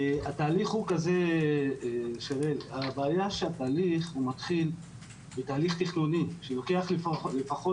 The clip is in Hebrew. התהליך הוא כזה והבעיה שהתאריך הוא מתחיל התהליך תכנוני שלוקח לפחות,